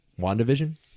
WandaVision